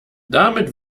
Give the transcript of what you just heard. damit